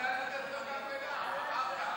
יכולה לתת לו גם וגם, אחר כך.